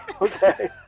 okay